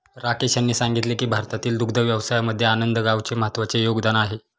राकेश यांनी सांगितले की भारतातील दुग्ध व्यवसायामध्ये आनंद गावाचे महत्त्वाचे योगदान आहे